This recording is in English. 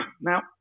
Now